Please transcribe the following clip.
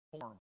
form